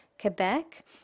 Quebec